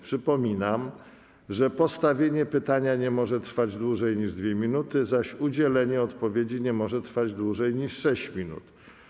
Przypominam, że postawienie pytania nie może trwać dłużej niż 2 minuty, zaś udzielenie odpowiedzi nie może trwać dłużej niż 6 minut.